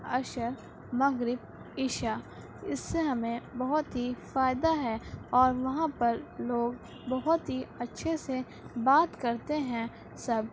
عصر مغرب عشاء اس سے ہمیں بہت ہی فائدہ ہے اور وہاں پر لوگ بہت ہی اچھے سے بات کرتے ہیں سب